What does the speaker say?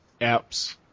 apps